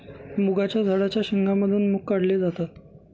मुगाच्या झाडाच्या शेंगा मधून मुग काढले जातात